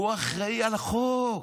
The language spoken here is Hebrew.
הוא אחראי על החוק.